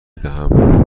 دهم